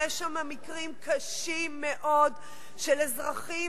יש שם מקרים קשים מאוד של אזרחים